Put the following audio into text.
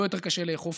הרבה יותר קשה לאכוף.